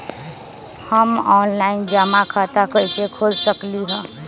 हम ऑनलाइन जमा खाता कईसे खोल सकली ह?